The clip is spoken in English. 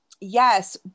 yes